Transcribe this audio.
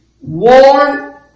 warn